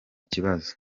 kibazo